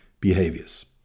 behaviors